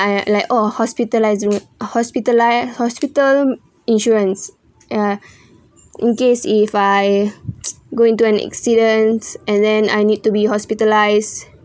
I like oh hospitalised would hospitali~ hospital insurance uh in case if I go into an accident and then I need to be hospitalised